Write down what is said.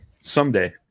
Someday